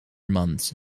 months